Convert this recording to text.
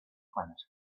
planet